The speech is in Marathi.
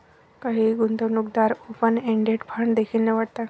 काही गुंतवणूकदार ओपन एंडेड फंड देखील निवडतात